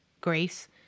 grace